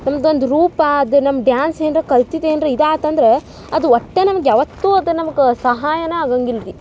ಒಂದೊಂದು ರೂಪಾ ಅದು ನಮ್ಮ ಡ್ಯಾನ್ಸ್ ಏನ್ರ ಕಲ್ತಿದ್ದು ಏನ್ರ ಇದಾತು ಅಂದ್ರ ಅದು ಒಟ್ಟೆ ನಮಗೆ ಯಾವತ್ತು ಅದು ನಮ್ಗೆ ಸಹಾಯನ ಆಗಂಗಿಲ್ರೀ